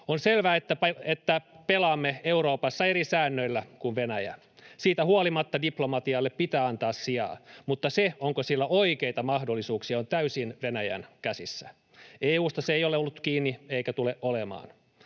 On selvää, että pelaamme Euroopassa eri säännöillä kuin Venäjä. Siitä huolimatta diplomatialle pitää antaa sijaa, mutta se, onko sillä oikeita mahdollisuuksia, on täysin Venäjän käsissä. EU:sta se ei ole ollut kiinni eikä tule olemaan.